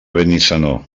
benissanó